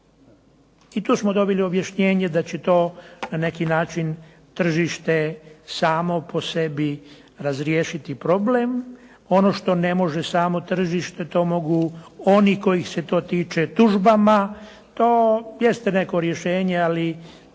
I tu smo dobili objašnjenje da će na neki način tržište samo po sebi razriješiti problem. Ono što ne može samo tržište to mogu oni kojih se to tiče tužbama. To jeste neko rješenje ali